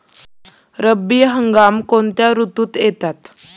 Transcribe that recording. रब्बी हंगाम कोणत्या ऋतूत येतात?